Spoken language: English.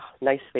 Nice